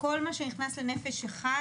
כל מה שנכנס ל"נפש אחת",